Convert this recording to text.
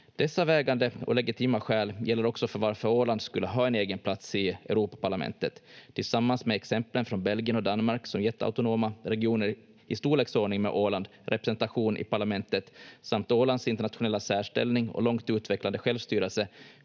Dessa vägande och legitima skäl gäller också för varför Åland skulle ha en egen plats i Europaparlamentet. Tillsammans med exemplen från Belgien och Danmark, som gett autonoma regioner i storleksordning med Åland representation i parlamentet, samt Ålands internationella särställning och långt utvecklade självstyrelse,